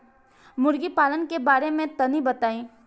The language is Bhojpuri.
मुर्गी पालन के बारे में तनी बताई?